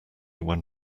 when